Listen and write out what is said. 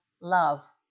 love